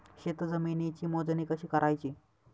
शेत जमिनीची मोजणी कशी करायची?